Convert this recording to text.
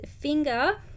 finger